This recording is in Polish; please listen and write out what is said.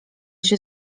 się